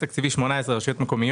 אם אמרתי מספר אחר זה טעות שלי בהקראה.